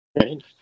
Right